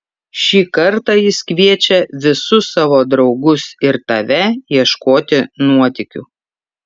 šį kartą jis kviečia visus savo draugus ir tave ieškoti nuotykių